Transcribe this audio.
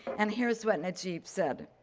and here's what najeeb said.